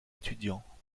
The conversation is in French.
étudiant